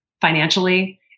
financially